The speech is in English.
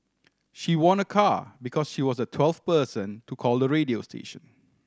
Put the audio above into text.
she won a car because she was the twelfth person to call the radio station